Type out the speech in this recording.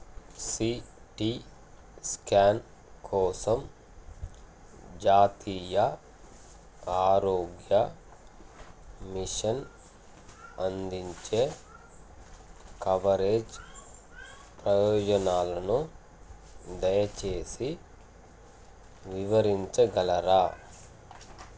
సీటి scan కోసం జాతీయ ఆరోగ్య మిషన్ అందించే కవరేజ్ ప్రయోజనాలను దయచేసి వివరించగలరా